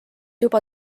juba